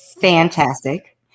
Fantastic